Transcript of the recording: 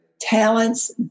talents